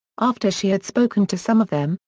after she had spoken to some of them,